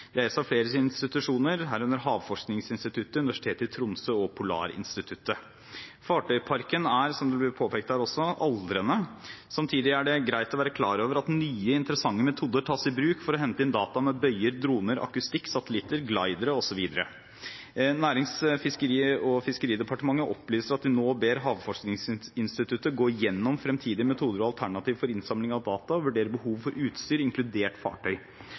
eies av flere institusjoner, herunder Havforskningsinstituttet, Universitetet i Tromsø og Polarinstituttet. Fartøysparken er – som det også er blitt påpekt her – aldrende. Samtidig er det greit å være klar over at nye, interessante metoder tas i bruk for å hente inn data med bøyer, droner, akustikk, satellitter, glidere osv. Nærings- og fiskeridepartementet opplyser at de nå ber Havforskningsinstituttet gå gjennom fremtidige metoder og alternativer for innsamling av data og vurdere behovet for utstyr, inkludert